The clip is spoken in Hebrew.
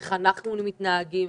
איך אנחנו מתנהגים,